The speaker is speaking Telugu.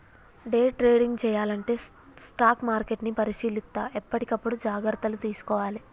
డే ట్రేడింగ్ చెయ్యాలంటే స్టాక్ మార్కెట్ని పరిశీలిత్తా ఎప్పటికప్పుడు జాగర్తలు తీసుకోవాలే